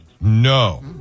No